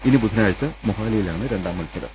ഇനി ബുധനാഴ്ച മൊഹാലിയിലാണ് രണ്ടാം മത്സരം